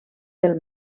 del